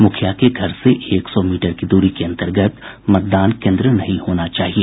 मुखिया के घर से एक सौ मीटर की दूरी के अन्तर्गत मतदान केन्द्र नहीं होना चाहिए